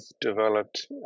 developed